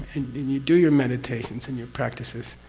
and you do your meditations and your practices,